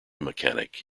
mechanic